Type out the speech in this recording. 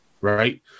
right